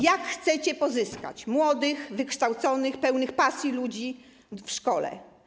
Jak chcecie pozyskać młodych, wykształconych, pełnych pasji ludzi do szkoły?